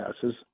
passes